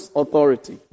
authority